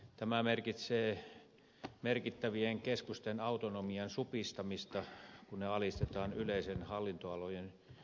tämä merkitsee merkittävien keskusten autonomian supistamista kun ne alistetaan yleisten hallinnonalojen suoraan valtaan